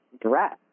dress